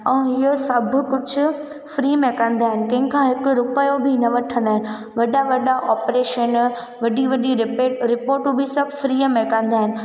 ऐं इहो सभु कुझु फ्री में कंदा आहिनि टीम खां हिकिड़ो रूपियो बि न वठंदा आहिनि वॾा वॾा ऑपरेशन वॾी वॾी रिपोट बि सभु फ्रीअ में कंदा आहिनि